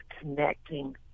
connecting